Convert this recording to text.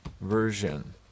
version